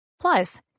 Plus